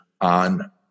on